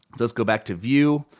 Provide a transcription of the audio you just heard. let's go back to view.